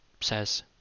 says